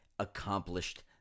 accomplished